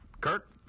Kirk